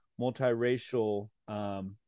multiracial